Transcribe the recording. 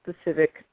specific